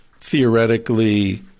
theoretically